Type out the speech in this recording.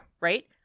Right